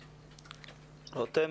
כל,